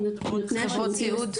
חברות הסיעוד?